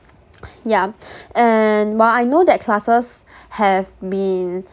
yeah and while I know that classes have been